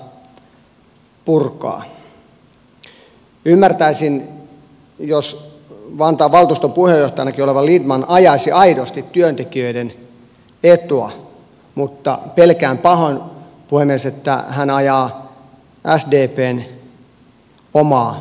ymmärtäisin jos vantaan valtuuston puheenjohtajanakin oleva lindtman ajaisi aidosti työntekijöiden etua mutta pelkään pahoin puhemies että hän ajaa sdpn omaa etua